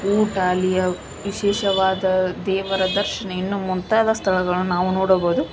ಊಟ ಅಲ್ಲಿಯ ವಿಶೇಷವಾದ ದೇವರ ದರ್ಶನ ಇನ್ನೂ ಮುಂತಾದ ಸ್ಥಳಗಳನ್ನು ನಾವು ನೋಡಬಹ್ದು